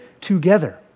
together